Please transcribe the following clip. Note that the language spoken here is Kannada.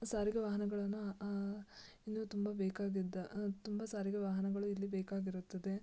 ಸಾರಿಗೆ ವಾಹನಗಳನ್ನು ಇನ್ನೂ ತುಂಬ ಬೇಕಾಗಿದ್ದ ತುಂಬ ಸಾರಿಗೆ ವಾಹನಗಳು ಇಲ್ಲಿ ಬೇಕಾಗಿರುತ್ತದೆ